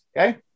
Okay